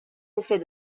effet